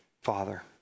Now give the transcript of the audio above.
Father